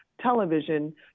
television